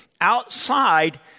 outside